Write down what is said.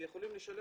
זה לא תעודת